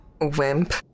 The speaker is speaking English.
Wimp